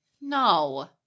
No